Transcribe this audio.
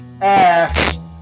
ass